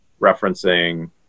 referencing